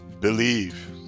Believe